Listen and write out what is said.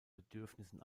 bedürfnissen